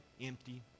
empty